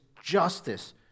justice